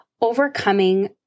overcoming